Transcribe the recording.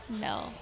No